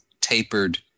tapered